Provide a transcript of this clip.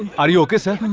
and are you okay sir?